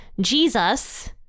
Jesus—